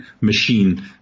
machine